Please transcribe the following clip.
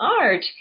art